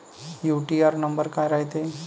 UTR number काय रायते?